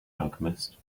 alchemist